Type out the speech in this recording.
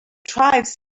tribes